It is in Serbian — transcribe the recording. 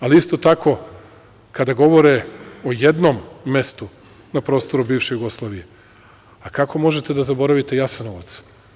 Ali, isto tako, kada govore o jednom mestu na prostoru bivše Jugoslavije, a kako možete da zaboravite Jasenovac?